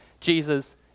Jesus